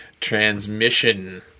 transmission